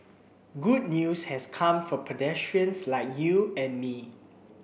good news has come for pedestrians like you and me